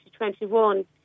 2021